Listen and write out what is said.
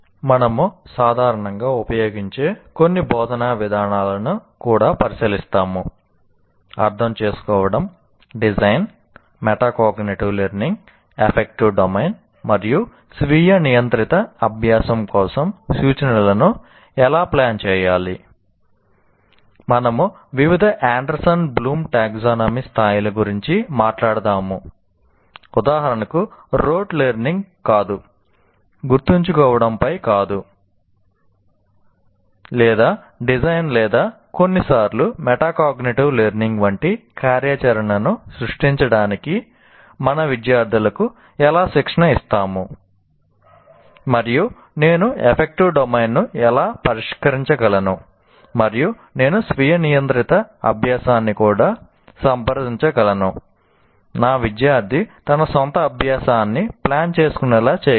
మనము సాధారణంగా ఉపయోగించే కొన్ని బోధనా విధానాలను కూడా పరిశీలిస్తాము అర్థం చేసుకోవడం డిజైన్ ను ఎలా పరిష్కరించగలను మరియు నేను స్వీయ నియంత్రిత అభ్యాసాన్ని కూడా సంప్రదించగలను నా విద్యార్థి తన సొంత అభ్యాసాన్ని ప్లాన్ చేసుకునేలా చేయగలను